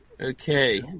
Okay